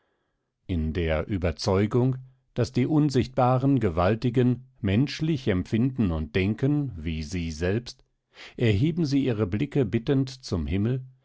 in der überzeugung daß die unsichtbaren gewaltigen menschlich empfinden und denken wie sie selbst erheben sie ihre blicke bittend zum himmel